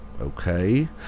Okay